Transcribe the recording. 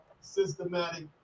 systematic